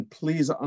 please